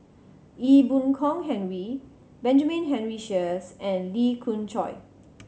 Ee Boon Kong Henry Benjamin Henry Sheares and Lee Khoon Choy